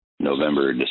November